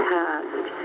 past